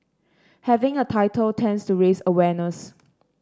having a title tends to raise awareness